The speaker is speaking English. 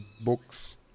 books